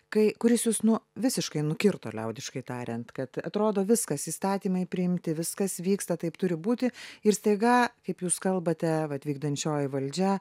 kai kuris jus nu visiškai nukirto liaudiškai tariant kad atrodo viskas įstatymai priimti viskas vyksta taip turi būti ir staiga kaip jūs kalbate vat vykdančioji valdžia